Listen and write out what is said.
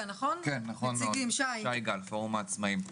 העצמאים, שי גל, בבקשה.